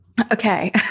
okay